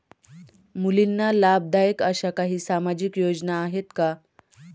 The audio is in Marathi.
मुलींना लाभदायक अशा काही सामाजिक योजना आहेत का?